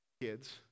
kids